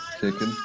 chicken